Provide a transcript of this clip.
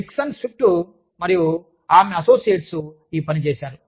Dixon Swift మరియు ఆమె associates ఈ పని చేసారు